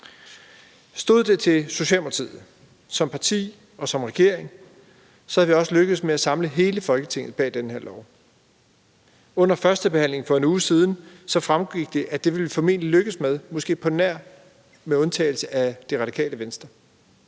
Stod det til Socialdemokratiet som parti og som regering, havde vi også lykkedes med at samle hele Folketinget bag det her lovforslag. Under førstebehandlingen for en uge siden fremgik det, at vi formentlig ville lykkes med det, måske med undtagelse af Det Radikale Venstre.